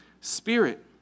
Spirit